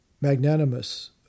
magnanimous